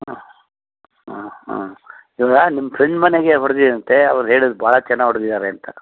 ಹಾಂ ಆಂ ಹಾಂ ಇವಾಗ ನಿಮ್ಮ ಫ್ರೆಂಡ್ ಮನೆಗೆ ಹೊಡ್ದೀರಂತೆ ಅವ್ರು ಹೇಳಿದ್ರು ಭಾಳ ಚೆನ್ನಾಗಿ ಹೊಡ್ದಿದ್ದಾರೆ ಅಂತ